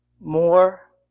More